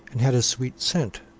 and had a sweet scent.